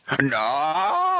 No